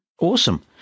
Awesome